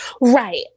Right